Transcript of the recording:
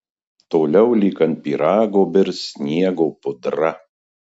toliau lyg ant pyrago birs sniego pudra